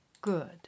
Good